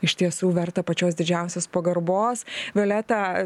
iš tiesų verta pačios didžiausios pagarbos violeta